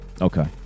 Okay